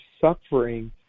suffering